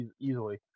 Easily